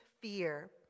fear